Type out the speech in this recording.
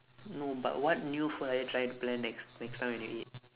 no but what new food are you trying to plan next next time when you eat